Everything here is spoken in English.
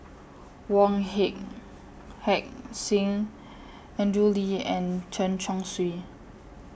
Wong Hey Heck Sing Andrew Lee and Chen Chong Swee